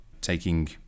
taking